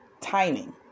timing